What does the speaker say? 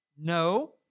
No